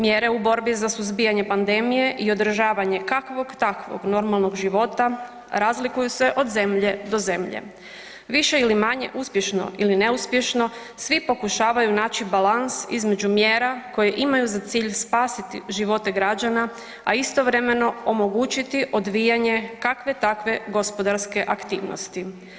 Mjere u borbi za suzbijanje pandemije i održavanje kakvog takvog normalnog života razlikuju se od zemlje do zemlje, više ili manje uspješno ili neuspješno svi pokušavaju naći balans između mjera koje imaju za cilj spasiti živote građana, a istovremeno omogućiti odvijanje kakve takve gospodarske aktivnosti.